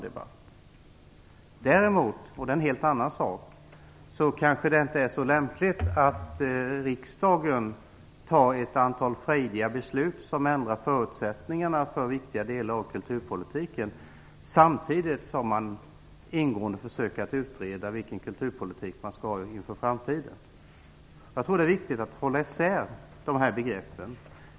Däremot - och det är en helt annan sak - kanske det inte är lämpligt att riksdagen fattar ett antal frejdiga beslut som förändrar förutsättningarna för viktiga delar av kulturpolitiken, samtidigt som man ingående försöker utreda vilken kulturpolitik vi skall ha för framtiden. Det är viktigt att hålla isär begreppen.